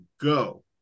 go